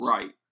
Right